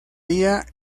día